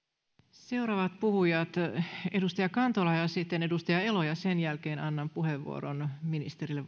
seuraavat puhujat edustaja kantola ja sitten edustaja elo ja sen jälkeen annan vastauspuheenvuoron ministerille